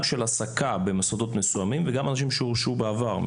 גם של העסקה במוסדות מסוימים וגם אנשים שהורשעו בעבר.